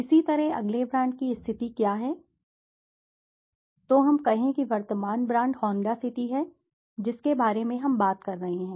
इसी तरह अगले ब्रांड की स्थिति क्या है तो हम कहें कि वर्तमान ब्रांड होंडा सिटी है जिसके बारे में हम बात कर रहे हैं